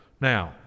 now